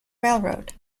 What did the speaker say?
railroad